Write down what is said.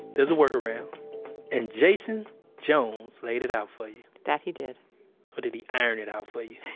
there's a workaround and jason jones laid it out for you that he did or did he iron it out for you?